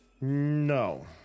No